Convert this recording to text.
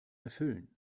erfüllen